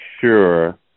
sure